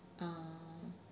ah